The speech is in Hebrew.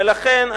ולכן,